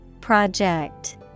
Project